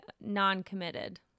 non-committed